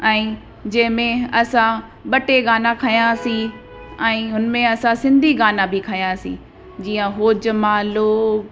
ऐं जंहिंमें असां ॿ टे गाना खंयासीं ऐं हुन में असां सिंधी गाना बि खंयासीं जीअं होजमालो